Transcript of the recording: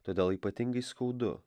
todėl ypatingai skaudu